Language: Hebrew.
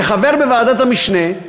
כחבר בוועדת המשנה,